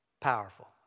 powerful